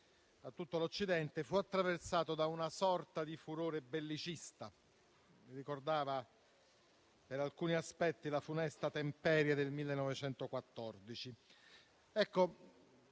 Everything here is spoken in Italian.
a tutto l'Occidente, fu attraversato da una sorta di furore bellicista che ricordava per alcuni aspetti la funesta temperie del 1914.